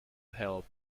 help